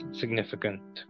significant